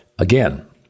Again